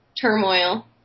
turmoil